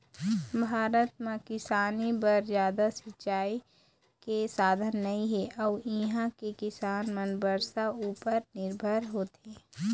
भारत म किसानी बर जादा सिंचई के साधन नइ हे अउ इहां के किसान मन बरसा उपर निरभर होथे